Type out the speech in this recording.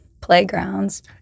playgrounds